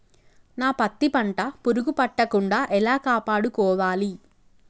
నా పత్తి పంట పురుగు పట్టకుండా ఎలా కాపాడుకోవాలి?